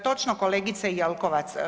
Točno, kolegice Jelkovac.